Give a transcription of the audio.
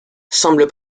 semblent